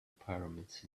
pyramids